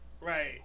right